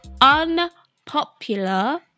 unpopular